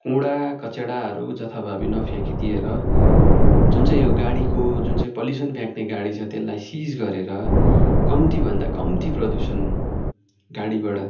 कुँडा कचेडाहरू जथाभावी नफ्याँकिदिएर जुन चाहिँ यो गाडीको जुन चाहिँ पल्युसन फ्याँक्ने गाडी छ त्यसलाई सिज गरेर कम्तीभन्दा कम्ती प्रदूषण गाडीबाट